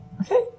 Okay